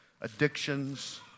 addictions